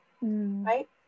Right